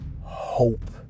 hope